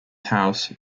house